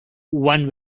one